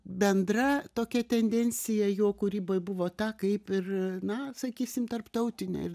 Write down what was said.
bendra tokia tendencija jo kūryboj buvo ta kaip ir na sakysim tarptautinė